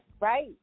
Right